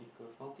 equals